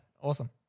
Awesome